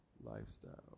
lifestyle